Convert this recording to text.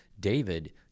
David